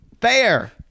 Fair